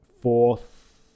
fourth